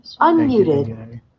Unmuted